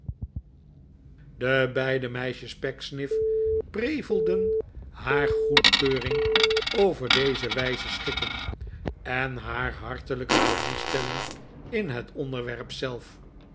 de beide meisjes pecksniff prevelden haar goedkeuring over deze wijze schikking en haar hartelijke belangstelling in het onderwerp zelf